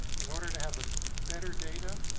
in order to have a better data,